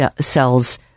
cells